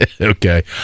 Okay